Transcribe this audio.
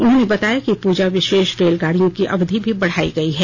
उन्होंने बताया कि पूजा विशेष रेलगाड़ियों की अवधि भी बढ़ाई गई है